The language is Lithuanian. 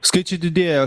skaičiai didėja